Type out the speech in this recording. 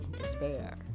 despair